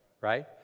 right